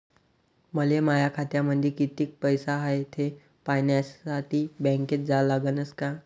मले माया खात्यामंदी कितीक पैसा हाय थे पायन्यासाठी बँकेत जा लागनच का?